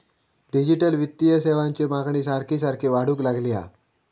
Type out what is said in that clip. digital वित्तीय सेवांची मागणी सारखी सारखी वाढूक लागली हा